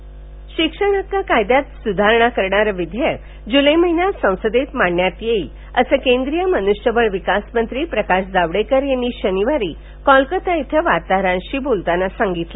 जावडेकर शिक्षणहक्क कायद्यात सुधारणा करणार विधेयक जुलै महिन्यात संसदेत मांडण्यात येईल असं केंद्रीय मनुष्यबळ विकासमंत्री प्रकाश जावडेकर यांनी शनिवारी कोलकाता इथे वार्ताहरांशी बोलताना सांगितलं